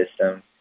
system